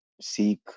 seek